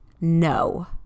No